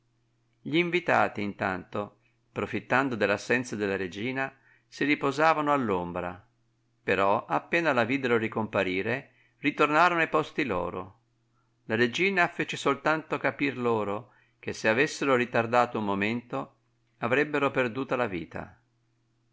terreno gl'invitati intanto profittando dell'assenza della regina si riposavano all'ombra però appena la videro ricomparire ritornarono ai posti loro la regina fece soltanto capir loro che se avessero ritardato un momento avrebbero perduta la vita